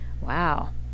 Wow